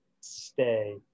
stay